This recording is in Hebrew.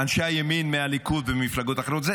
אנשי הימין מהליכוד וממפלגות אחרות,